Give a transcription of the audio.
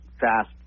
fast